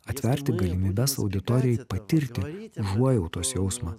atverti galimybes auditorijai patirti užuojautos jausmą